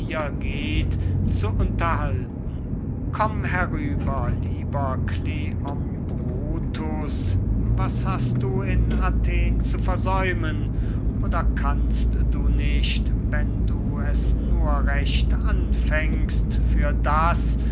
geht zu unterhalten komm herüber lieber kleombrotus was hast du in athen zu versäumen oder kannst du nicht wenn du es recht anfängst für das